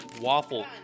waffle